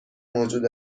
موجود